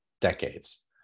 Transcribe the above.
decades